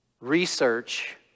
research